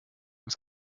was